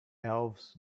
elves